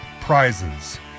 prizes